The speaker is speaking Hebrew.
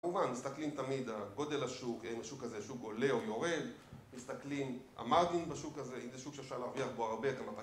כמובן מסתכלים תמיד על גודל השוק, אם השוק הזה שוק עולה או יורד, מסתכלים על מרג'ין בשוק הזה, אם זה שוק שאפשר להרוויח בו הרבה ???